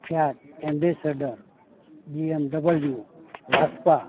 Fiat ambassador BMW Vespa